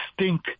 stink